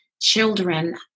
children